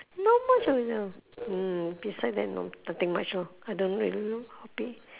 not much of a mm beside that no nothing much lor I don't really have hobby